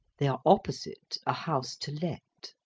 they are opposite a house to let.